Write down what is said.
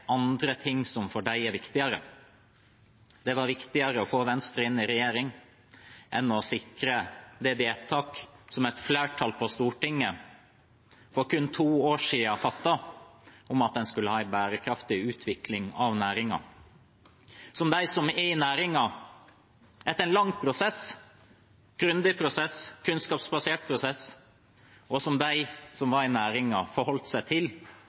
andre ting som er viktigere for dem. Det var viktigere å få Venstre inn i regjering enn å sikre det vedtaket som et flertall på Stortinget fattet for kun to år siden, om at en skulle ha en bærekraftig utvikling av næringen, som – etter en lang, grundig og kunnskapsbasert prosess – de som var i næringen forholdt seg til,